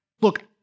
look